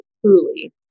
truly